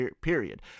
Period